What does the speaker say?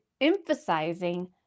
emphasizing